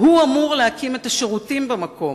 אמור לבנות את השירותים במקום.